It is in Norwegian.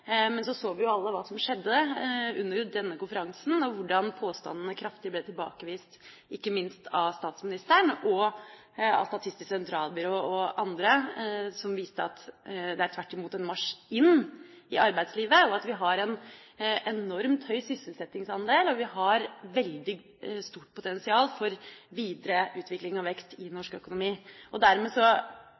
Men vi så jo alle hva som skjedde under denne konferansen, og hvordan påstandene kraftig ble tilbakebevist, ikke minst av statsministeren og av Statistisk sentralbyrå og andre: Det er tvert imot en marsj inn i arbeidslivet, vi har en enormt høy sysselsettingsandel, og det er et veldig stort potensial for videre utvikling og vekst i norsk økonomi. Dermed